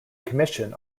commission